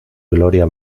gloria